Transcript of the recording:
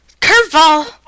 curveball